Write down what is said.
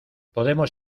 podemos